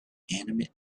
inanimate